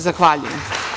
Zahvaljujem.